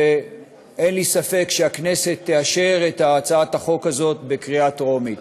אין לי ספק שהכנסת תאשר את הצעת החוק הזאת בקריאה טרומית.